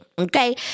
Okay